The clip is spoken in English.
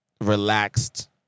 relaxed